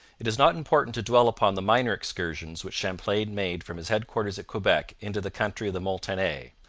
it is not important to dwell upon the minor excursions which champlain made from his headquarters at quebec into the country of the montagnais.